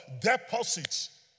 deposits